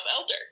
elder